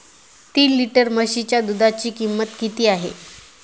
तीन लिटर म्हशीच्या दुधाची किंमत किती आहे?